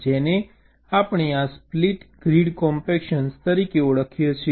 જેને આપણે આ સ્પ્લિટ ગ્રીડ કોમ્પેક્શન તરીકે ઓળખીએ છીએ